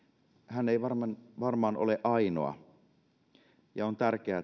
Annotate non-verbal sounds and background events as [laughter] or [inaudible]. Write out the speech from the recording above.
hän ei varmaan varmaan ole ainoa ja on tärkeää [unintelligible]